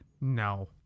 No